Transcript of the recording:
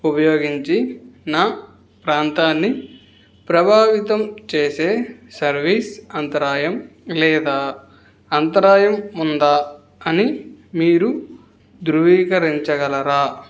ఉపయోగించి నా ప్రాంతాన్ని ప్రభావితం చేసే సర్వీస్ అంతరాయం లేదా అంతరాయం ఉందా అని మీరు ధృవీకరించగలరా